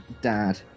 Dad